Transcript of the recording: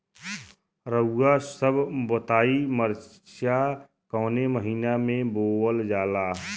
रउआ सभ बताई मरचा कवने महीना में बोवल जाला?